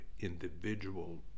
individual